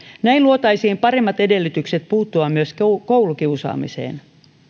näin luotaisiin paremmat edellytykset puuttua myös koulukiusaamiseen